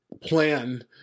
plan